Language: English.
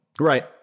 Right